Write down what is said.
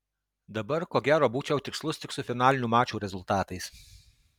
dabar ko gero būčiau tikslus tik su finalinių mačų rezultatais